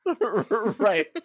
Right